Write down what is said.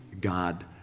God